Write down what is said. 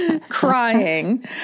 crying